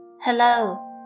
hello